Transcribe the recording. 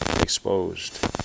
exposed